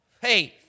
faith